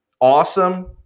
awesome